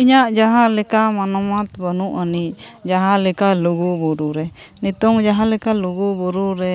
ᱤᱧᱟᱹᱜ ᱡᱟᱦᱟᱸᱞᱮᱠᱟ ᱢᱟᱱᱚᱢᱟᱛ ᱵᱟᱹᱱᱩᱜ ᱟᱹᱱᱤᱡ ᱡᱟᱦᱟᱸᱞᱮᱠᱟ ᱞᱩᱜᱩᱼᱵᱩᱨᱩ ᱨᱮ ᱱᱤᱛᱳᱜ ᱡᱟᱦᱟᱸᱞᱮᱠᱟ ᱞᱩᱜᱩᱼᱵᱩᱨᱩ ᱨᱮ